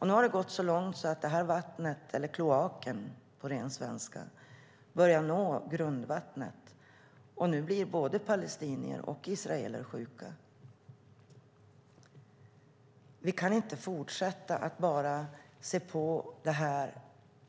Det har gått så långt att det här vattnet - den här kloaken, på ren svenska - börjar nå grundvattnet, så nu blir både palestinier och israeler sjuka. Vi kan inte fortsätta att bara se på, att se